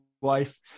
wife